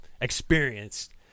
experienced